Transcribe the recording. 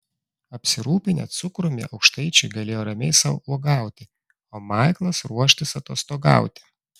apsirūpinę cukrumi aukštaičiai galėjo ramiai sau uogauti o maiklas ruoštis atostogauti